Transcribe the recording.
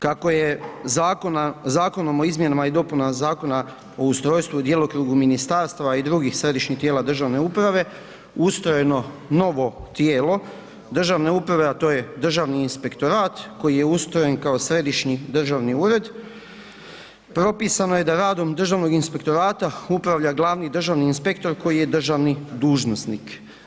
Kako je Zakonom o izmjenama i dopunama Zakona o ustrojstvu i djelokrugu ministarstava i drugih središnjih tijela državne uprave, ustrojeno novo tijelo državne uprave, a to je Državni inspektorat, koji je ustrojen kao središnji državni ured, propisano je da radom Državnog inspektorata, upravlja glavni državni inspektor koji je državni dužnosnik.